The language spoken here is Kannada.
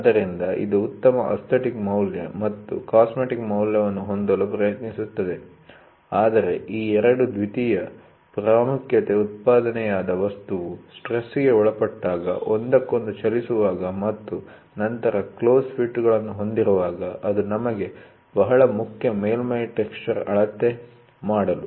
ಆದ್ದರಿಂದ ಇದು ಉತ್ತಮ ಅಸ್ತಟಿಕ್ ಮೌಲ್ಯ ಮತ್ತು ಕಾಸ್ಮೆಟಿಕ್ ಮೌಲ್ಯವನ್ನು ಹೊಂದಲು ಪ್ರಯತ್ನಿಸುತ್ತದೆ ಆದರೆ ಈ 2 ದ್ವಿತೀಯ ಪ್ರಾಮುಖ್ಯತೆ ಉತ್ಪಾದನೆಯಾದ ವಸ್ತುವು ಸ್ಟ್ರೆಸ್'ಗೆ ಒಳಪಟ್ಟಾಗ ಒಂದಕ್ಕೊಂದು ಚಲಿಸುವಾಗ ಮತ್ತು ನಂತರ ಕ್ಲೋಸ್ ಫಿಟ್'ಗಳನ್ನು ಹೊಂದಿರುವಾಗ ಅದು ನಮಗೆ ಬಹಳ ಮುಖ್ಯ ಮೇಲ್ಮೈ ಟೆಕ್ಸ್ಚರ್ ಅಳತೆ ಮಾಡಲು